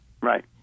Right